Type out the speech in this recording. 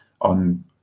on